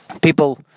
people